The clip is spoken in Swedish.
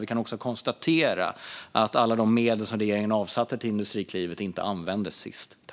Vi kan också konstatera att inte alla de medel som regeringen avsatt för Industriklivet användes senast.